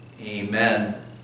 amen